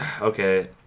Okay